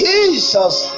Jesus